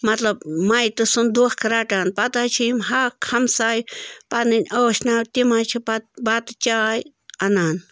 مطلب مَیتہٕ سُنٛد دۄکھ رَٹان پَتہٕ حظ چھِ یِم حق ہمساے پَنٕنۍ ٲشناو تِم حظ چھِ پَتہٕ بَتہٕ چاے اَنان